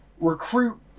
recruit